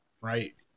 right